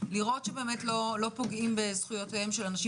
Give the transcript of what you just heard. לראות שבאמת לא פוגעים בזכויותיהם של אנשים.